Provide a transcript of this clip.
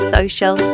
Social